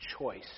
choice